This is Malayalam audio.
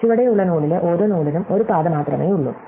ചുവടെയുള്ള നോഡിലെ ഓരോ നോഡിനും ഒരു പാത മാത്രമേയുള്ളൂ